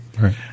Right